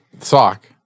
Sock